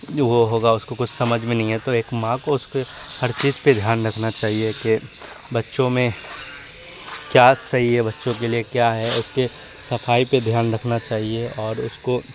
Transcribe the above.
وہ ہوگا اس کو کچھ سمجھ میں نہیں ہے تو ایک ماں کو اس کے ہر چیز کا دھیان رکھنا چاہیے کہ بچوں میں کیا صحیح ہے بچوں کے لیے کیا ہے اس کے صٖٖفائی پہ دھیان رکھنا چاہیے اور اس کو